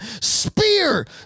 Spear